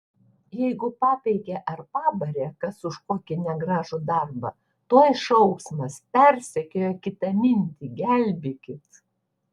jeigu papeikė ar pabarė kas už kokį negražų darbą tuoj šauksmas persekioja kitamintį gelbėkit